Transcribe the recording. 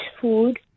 food